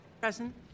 Present